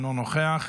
אינו נוכח,